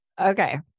Okay